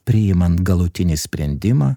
priimant galutinį sprendimą